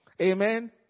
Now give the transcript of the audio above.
Amen